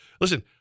Listen